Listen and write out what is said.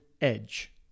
Edge